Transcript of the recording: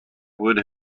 would